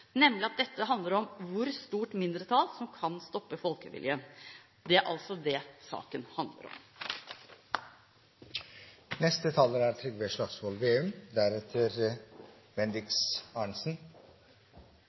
nemlig at dette handler om hvor stort mindretall som kan stoppe folkeviljen. Det er altså det saken handler om.